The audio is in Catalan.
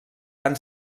van